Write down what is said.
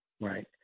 Right